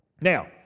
Now